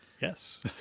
Yes